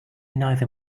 neither